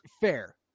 Fair